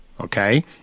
Okay